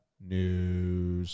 news